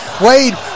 wade